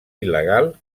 il·legal